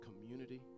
community